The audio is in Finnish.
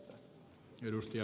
kannatan ed